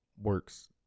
works